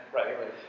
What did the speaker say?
Right